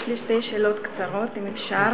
יש לי שתי שאלות קצרות, אם אפשר: